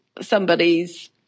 somebody's